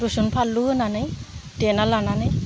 रुसुन फानलु होनानै देना लानानै